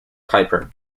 kuiper